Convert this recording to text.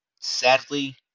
Sadly